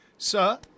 Sir